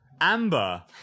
Amber